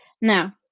Now